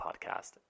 podcast